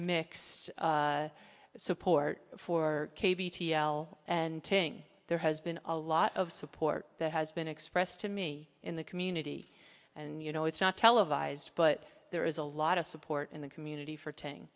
mixed support for al and ting there has been a lot of support that has been expressed to me in the community and you know it's not televised but there is a lot of support in the community for ta